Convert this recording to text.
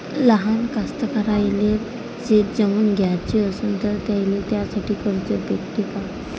लहान कास्तकाराइले शेतजमीन घ्याची असन तर त्याईले त्यासाठी कर्ज भेटते का?